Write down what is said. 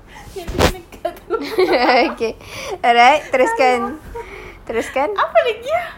yang pilihkan itu salah apa lagi ah